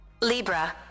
Libra